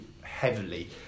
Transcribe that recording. heavily